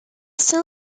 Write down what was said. still